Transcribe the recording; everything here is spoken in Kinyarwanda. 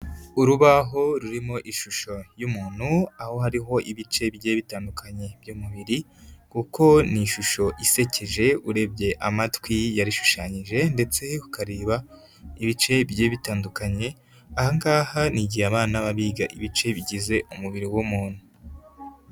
Urubaho rurimo ishusho y'umuntu, aho hariho ibice bigiye bitandukanye by'umubiri kuko ni ishusho isekeje urebye amatwi yarishushanyije ndetse ukareba ibice bigiye bitandukanye, aha ngaha ni igihe abana baba biga ibice bigize umubiri w'umuntu.